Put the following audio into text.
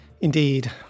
Indeed